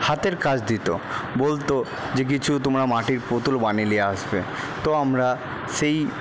হাতের কাজ দিতো বলতো যে কিছু তোমরা মাটির পুতুল বানিয়ে নিয়ে আসবে তো আমরা সেই